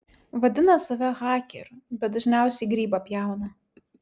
vadina save hakeriu bet dažniausiai grybą pjauna